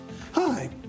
Hi